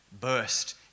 burst